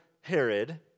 Herod